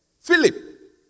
Philip